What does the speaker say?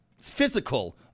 physical